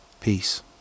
Peace